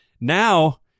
Now